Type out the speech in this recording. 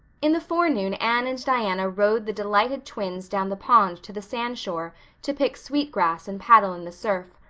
in the forenoon anne and diana rowed the delighted twins down the pond to the sandshore to pick sweet grass and paddle in the surf,